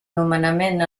nomenament